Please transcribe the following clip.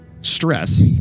stress